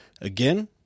again